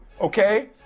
Okay